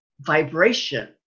vibration